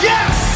Yes